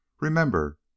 Remember